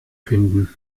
finden